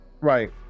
Right